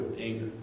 anger